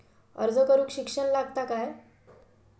अर्ज करूक शिक्षण लागता काय?